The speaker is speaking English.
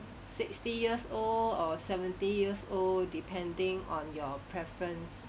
sixty years old or seventy years old depending on your preference